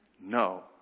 No